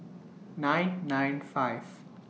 nine nine five